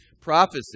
prophecy